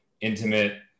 intimate